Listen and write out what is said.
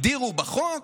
הגדירו בחוק